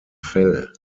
fell